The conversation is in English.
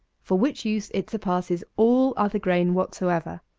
for which use it surpasses all other grain whatsoever.